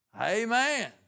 Amen